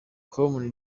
com